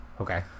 Okay